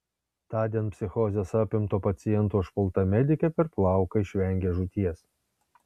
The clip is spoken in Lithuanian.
tądien psichozės apimto paciento užpulta medikė per plauką išvengė žūties